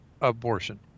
abortion